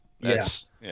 Yes